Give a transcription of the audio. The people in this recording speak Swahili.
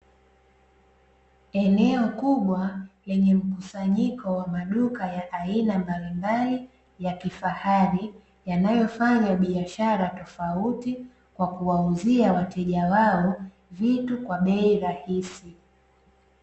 Eneo kubwa lenye mkusanyiko wa maduka ya aina mbalimbali ya kifahari yanayofanya biashara tofauti kwa kuwauzia wateja wao vitu kwa bei rahisi.